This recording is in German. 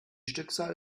stückzahl